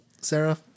Sarah